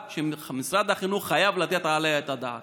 שמשרד החינוך חייב לתת עליה את הדעת: